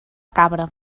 cabra